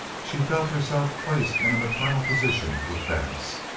she felt herself placed in a maternal position with vance.